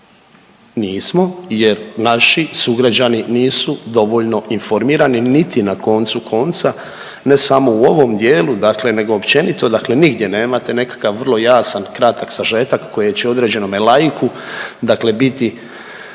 nismo, jer naći sugrađani nisu dovoljno informirani niti na koncu konca ne samo u ovoj dijelu, dakle nego općenito, dakle nigdje nemate nekakav vrlo jasan, kratak sažetak koje će određenome laiku, dakle biti